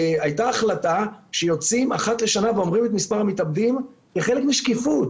הייתה החלטה שיוצאים אחת לשנה ואומרים את מספר המתאבדים כחלק משקיפות.